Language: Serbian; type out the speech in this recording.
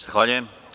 Zahvaljujem.